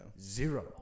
Zero